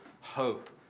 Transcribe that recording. hope